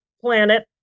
planet